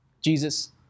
Jesus